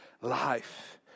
life